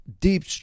Deep